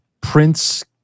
prince